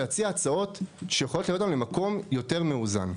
ולהציע הצעות שיכולות להיות ממקום יותר מאוזן.